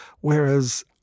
Whereas